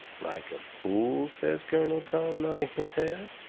like a fool, says colonel tom, nodding his head.